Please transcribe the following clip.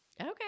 Okay